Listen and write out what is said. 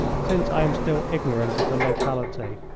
since i am still ignorant of the locality.